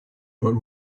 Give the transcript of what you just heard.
but